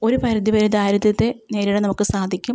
ഒരു പരിധിവരെ ദാരിദ്ര്യത്തെ നേരിടാൻ നമുക്കു സാധിക്കും